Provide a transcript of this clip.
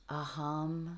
aham